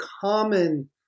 common